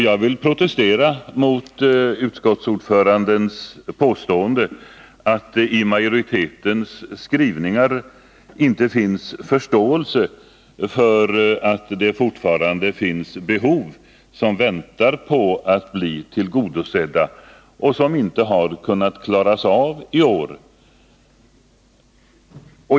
Jag vill protestera mot utskottsordförandens påstående att i majoritetens skrivning inte finns förståelse för att det fortfarande finns behov som väntar på att bli tillgodosedda och som inte har kunnat klaras av i år.